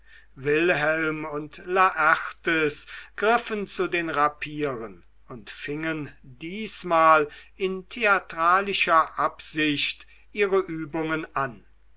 wilhelm und laertes griffen zu den papieren und fingen diesmal in theatralischer absicht ihre übungen an